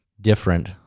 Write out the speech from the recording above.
different